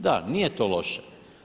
Da, nije to loše.